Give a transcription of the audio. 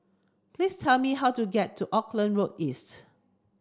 please tell me how to get to Auckland Road East